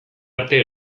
arte